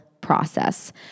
process